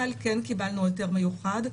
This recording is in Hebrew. אבל, כן קיבלנו היתר מיוחד.